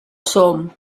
som